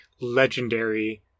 legendary